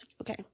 okay